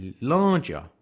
larger